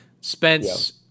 Spence